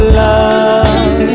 love